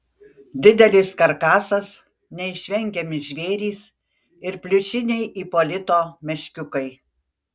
didelis karkasas neišvengiami žvėrys ir pliušiniai ipolito meškiukai